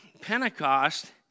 Pentecost